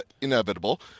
inevitable